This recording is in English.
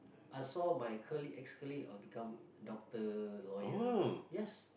I saw my colleague ex colleague all become doctor lawyer yes